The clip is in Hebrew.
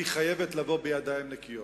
היא חייבת לבוא בידיים נקיות.